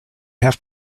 have